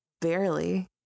barely